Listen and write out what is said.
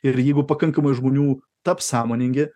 ir jeigu pakankamai žmonių taps sąmoningi